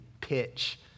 pitch